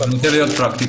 אני רוצה להיות פרקטי.